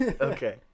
Okay